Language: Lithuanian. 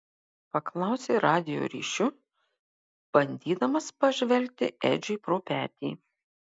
paklausė radijo ryšiu bandydamas pažvelgti edžiui pro petį